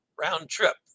round-trip